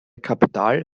kapital